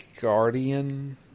guardian